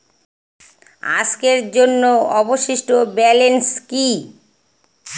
আজকের জন্য অবশিষ্ট ব্যালেন্স কি?